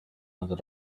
another